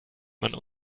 man